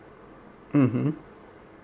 mmhmm